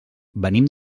venim